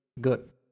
good